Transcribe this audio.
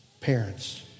parents